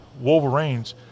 Wolverines